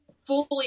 fully